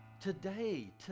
today